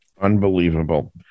Unbelievable